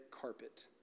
carpet